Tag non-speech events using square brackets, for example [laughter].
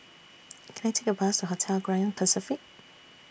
[noise] Can I Take A Bus Hotel Grand Pacific